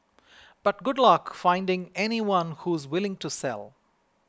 but good luck finding anyone who's willing to sell